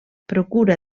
procura